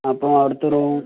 അപ്പോൾ അവിടുത്തെ റൂം